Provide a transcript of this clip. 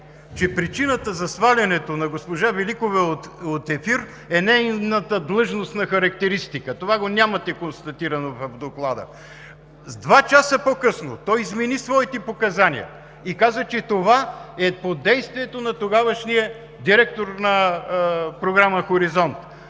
че причината за свалянето на госпожа Великова от ефир е нейната длъжностна характеристика. Това го нямате констатирано в Доклада. Два часа по-късно той измени своите показания и каза, че това е под действието на тогавашния директор на програма „Хоризонт“.